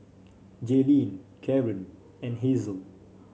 Jaylin Karon and Hazle